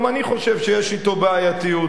גם אני חושב שיש אתו בעייתיות,